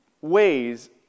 Ways